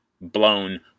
blown